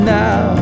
now